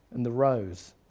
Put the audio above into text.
and the rose,